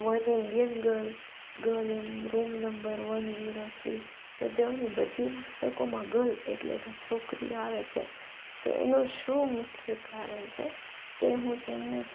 one Indian girl girl in room number one zero three તો તેઓની બધી પુસ્તકોમાં ગર્લ એટલે કે છોકરીઓ આવે છે તો એનું શું મુખ્ય કારણ છે તે હું તેમને